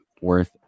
Worth